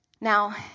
Now